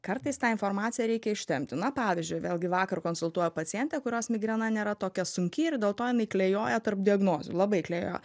kartais tą informaciją reikia ištempti na pavyzdžiui vėlgi vakar konsultuoju pacientę kurios migrena nėra tokia sunki ir dėl to jinai klejoja tarp diagnozių labai klejoja